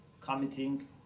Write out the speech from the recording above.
committing